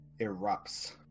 erupts